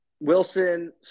Wilson